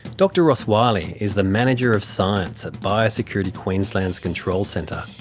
dr ross wylie is the manager of science at biosecurity queensland's control centre.